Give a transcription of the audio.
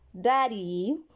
Daddy